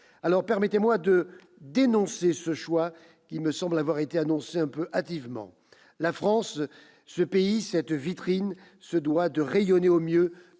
Aussi, permettez-moi de dénoncer ce choix, qui me semble avoir été annoncé quelque peu hâtivement. La France, ce pays, cette vitrine, se doit de rayonner au mieux